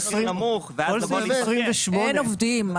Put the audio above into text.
אין עובדים.